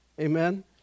Amen